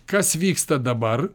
kas vyksta dabar